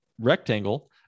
rectangle